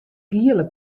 giele